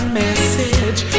message